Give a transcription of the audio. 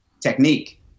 Technique